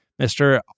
Mr